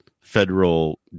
federal